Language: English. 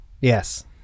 Yes